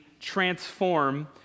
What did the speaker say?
transform